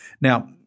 Now